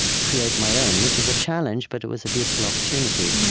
create my own, which is a challenge, but it was a beautiful opportunity.